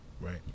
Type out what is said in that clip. Right